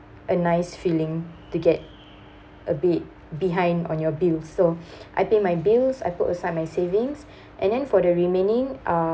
a nice feeling to get a bit behind on your bills so I pay my bills I put aside my savings and then for the remaining uh